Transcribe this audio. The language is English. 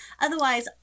Otherwise